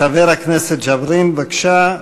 חבר הכנסת ג'בארין, בבקשה.